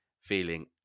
feeling